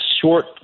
short